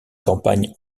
campagnes